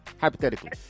hypothetically